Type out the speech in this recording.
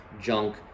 junk